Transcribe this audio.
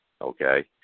okay